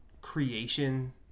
creation